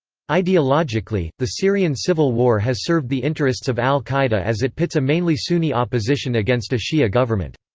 ideologically, the syrian civil war has served the interests of al-qaeda as it pits a mainly sunni opposition against a shia government.